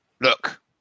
Look